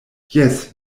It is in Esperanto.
jes